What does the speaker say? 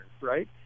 right